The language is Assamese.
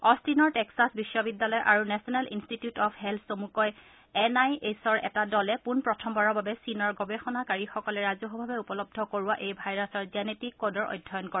অষ্টিনৰ টেক্সাছ বিশ্ববিদ্যালয় আৰু নেছনেল ইনষ্টিটিউট অব্ হেলথ্ চমুকৈ এন আই এইছৰ এটা দলে পোনপ্ৰথমবাৰৰ বাবে চীনৰ গৱেষণাকাৰীসকলে ৰাজহুৱাভাৱে উপলব্ধ কৰোৱা এই ভাইৰাছৰ জেনেটিক কডৰ অধ্যয়ন কৰে